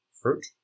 fruit